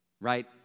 Right